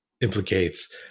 implicates